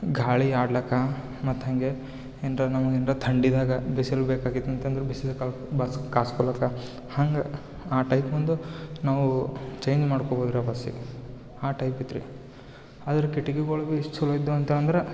ಗಾಳಿ ಆಡ್ಲಿಕೆ ಮತ್ತು ಹಂಗೆ ಏನ್ರಾ ನಮಗೆ ಏನ್ರಾ ಥಂಡಿದಾಗ ಬಿಸಿಲು ಬೇಕಾಗಿತ್ತಂದ್ರು ಬಿಸಿಲು ಕ ಬಸ್ ಕಾಯ್ಸ್ ಕೊಳತ್ತೆ ಹಂಗೆ ಆ ಟೈಪ್ ಒಂದು ನಾವು ಚೇಂಜ್ ಮಾಡ್ಕೊಬೋದು ರೀ ಆ ಬಸ್ಸಿಗೆ ಆ ಟೈಪ್ ಇತ್ರಿ ಅದ್ರ ಕಿಟಕಿಗಳ್ಗು ಇಷ್ಟು ಚಲೋ ಇದ್ವು ಅಂತೇಳಂದ್ರೆ